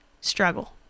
struggle